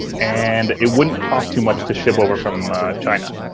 and it wouldn't cost too much to ship over from china.